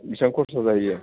बिसिबां खरसा जाहैयो